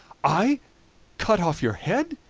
i cut off your head!